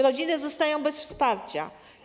Rodziny zostają bez wsparcia.